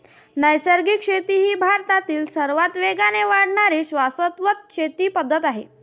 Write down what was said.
नैसर्गिक शेती ही भारतातील सर्वात वेगाने वाढणारी शाश्वत शेती पद्धत आहे